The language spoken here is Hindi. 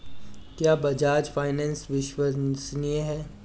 क्या बजाज फाइनेंस विश्वसनीय है?